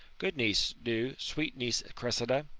good niece, do, sweet niece cressida.